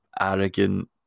arrogant